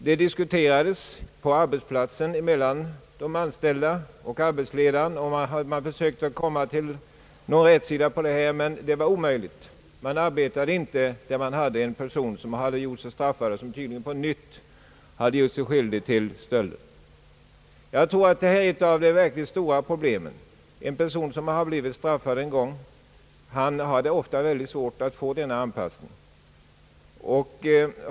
Det diskuterades mellan de anställda och arbetsledaren, och det gällde att försöka få någon rätsida på det hela, men det var omöjligt: man arbetade inte tillsammans med en person som tidigare varit straffad och tydligen på nytt gjort sig skyldig till stöld. Jag tror att detta är ett av de verkligt stora problemen — en person som blivit straffad en gång har ofta mycket svårt att få en möjlighet till anpassning.